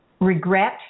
regret